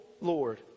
Lord